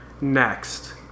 Next